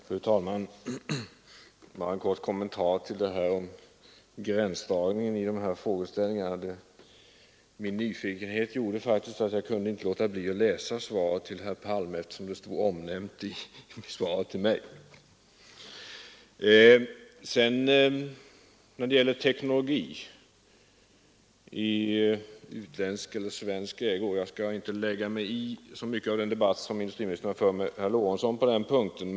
Fru talman! Bara en kort kommentar till vad som sagts om gränsdragningen mellan dessa frågor. Min nyfikenhet gjorde faktiskt att jag inte kunde låta bli att läsa svaret till herr Palm, eftersom det omnämns i svaret till mig. När det sedan gäller frågan om teknologi i utländsk eller svensk ägo skall jag inte lägga mig så mycket i den debatt som industriministern fört med herr Lorentzon på den punkten.